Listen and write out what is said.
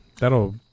that'll